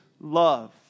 love